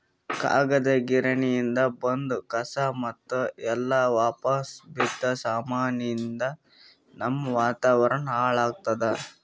ಕಾಗದ್ ಗಿರಣಿಯಿಂದ್ ಬಂದ್ ಕಸಾ ಮತ್ತ್ ಎಲ್ಲಾ ಪಾಳ್ ಬಿದ್ದ ಸಾಮಾನಿಯಿಂದ್ ನಮ್ಮ್ ವಾತಾವರಣ್ ಹಾಳ್ ಆತ್ತದ